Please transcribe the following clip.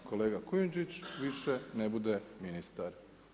Da kolega Kujundžić više ne bude ministar.